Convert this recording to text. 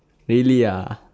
really ah